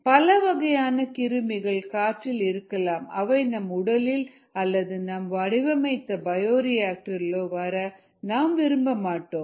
பலவகையான கிருமிகள் காற்றில் இருக்கலாம் அவை நம் உடலில் அல்லது நாம் வடிவமைத்த பயோரியாக்டரிலோ வர நாம் விரும்ப மாட்டோம்